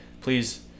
Please